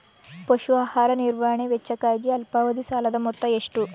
ಪಶು ಆಹಾರ ನಿರ್ವಹಣೆ ವೆಚ್ಚಕ್ಕಾಗಿ ಅಲ್ಪಾವಧಿ ಸಾಲದ ಮೊತ್ತ ಎಷ್ಟು?